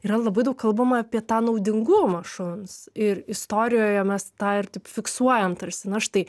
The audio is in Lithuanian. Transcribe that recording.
yra labai daug kalbama apie tą naudingumą šuns ir istorijoje mes tą ir taip fiksuojam tarsi na štai